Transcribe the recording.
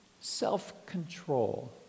self-control